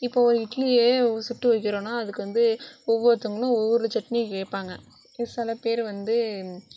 இப்போது ஒரு இட்லியே சுட்டு வைக்கிறோனால் அதுக்கு வந்து ஒவ்வொருத்தங்களும் ஒவ்வொரு சட்னி கேட்பாங்க இப்போ சில பேர் வந்து